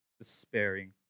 despairing